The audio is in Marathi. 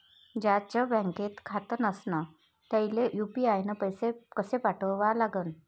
ज्याचं बँकेत खातं नसणं त्याईले यू.पी.आय न पैसे कसे पाठवा लागन?